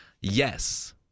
yes—